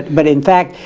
but in fact